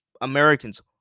americans